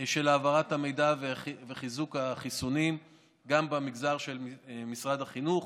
של העברת המידע וחיזוק החיסונים גם במגזר של משרד החינוך